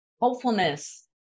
hopefulness